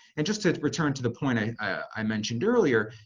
and just to return to the point i i mentioned earlier,